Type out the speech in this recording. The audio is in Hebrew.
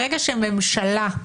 ברגע שממשלה,